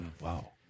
Wow